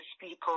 people